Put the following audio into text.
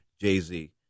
Jay-Z